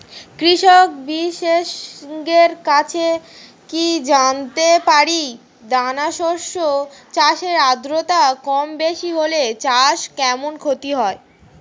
কৃষক বিশেষজ্ঞের কাছে কি জানতে পারি দানা শস্য চাষে আদ্রতা কমবেশি হলে চাষে কেমন ক্ষতি হয়?